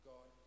God